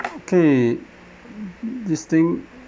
okay this thing